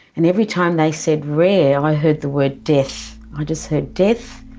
and every time they said rare, i heard the word death. i just heard death,